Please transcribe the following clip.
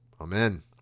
amen